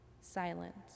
silence